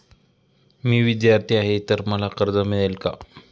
मी विद्यार्थी आहे तर मला कर्ज मिळेल का?